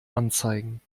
anzeigen